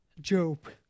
Job